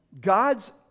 God's